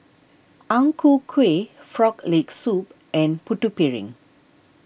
Ang Ku Kueh Frog Leg Soup and Putu Piring